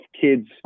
kids